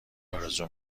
آرزو